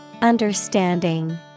Understanding